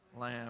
lamb